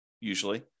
usually